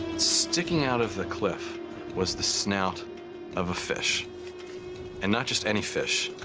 sticking out of the cliff was the snout of a fish and not just any fish,